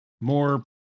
more